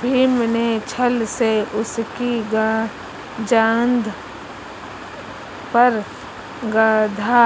भीम ने छ्ल से उसकी जांघ पर गदा